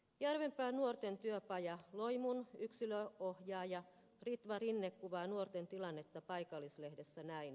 järvenpään nuorten työpajan loimun yksilöohjaaja ritva rinne kuvaa nuorten tilannetta paikallislehdessä näin